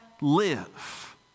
live